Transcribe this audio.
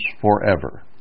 forever